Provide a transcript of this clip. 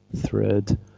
thread